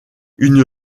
une